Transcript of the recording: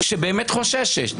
שבאמת חוששת,